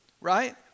Right